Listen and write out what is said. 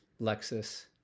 Lexus